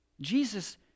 Jesus